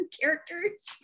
characters